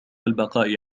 البقاء